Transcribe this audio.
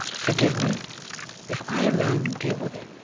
forgive me if i alone deal with it.